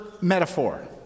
metaphor